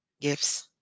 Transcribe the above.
gifts